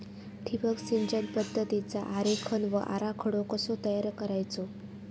ठिबक सिंचन पद्धतीचा आरेखन व आराखडो कसो तयार करायचो?